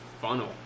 funnel